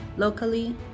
Locally